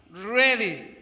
ready